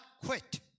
quit